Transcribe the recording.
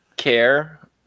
care